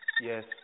Yes